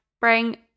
Bring